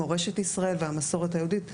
מורשת ישראל והמסורת היהודית וכמובן,